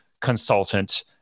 consultant